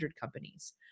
companies